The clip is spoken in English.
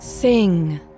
Sing